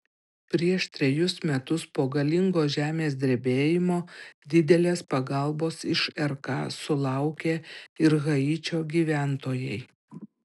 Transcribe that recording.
prieš trejus metus po galingo žemės drebėjimo didelės pagalbos iš rk sulaukė ir haičio gyventojai